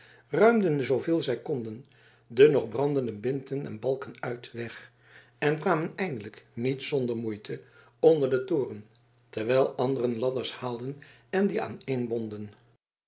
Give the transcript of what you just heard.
ruimden zooveel zij konden de nog brandende binten en balken uit den weg en kwamen eindelijk niet zonder moeite onder den toren terwijl anderen ladders haalden en die aaneenbonden